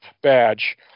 badge